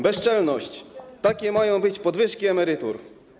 Bezczelność - takie mają być podwyżki emerytur.